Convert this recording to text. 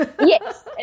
Yes